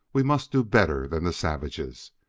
we must do better than the savages.